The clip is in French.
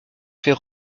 fait